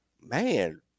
man